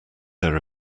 their